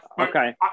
Okay